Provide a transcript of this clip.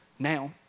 Now